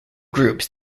groups